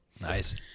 Nice